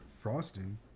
frosting